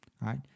right